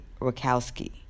Rakowski